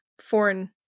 foreign